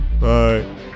bye